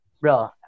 Bro